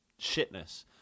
shitness